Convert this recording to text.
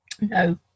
No